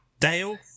Dale